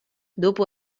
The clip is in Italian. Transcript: dopo